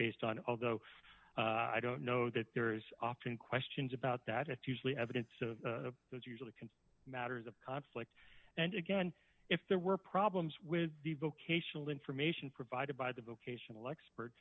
based on although i don't know that there's often questions about that it's usually evidence that you can matters of conflict and again if there were problems with the vocational information provided by the vocational expert